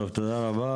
טוב, תודה רבה.